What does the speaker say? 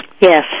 Yes